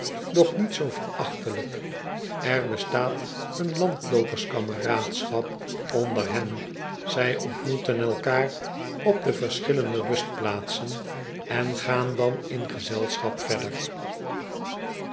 doch niet zoo verachtelijk kr bestaat een landloopers kameraadschap onder hen zij ontmoeten elkaar op de verschillende rustplaatsen en gaan dan in gezelschap verder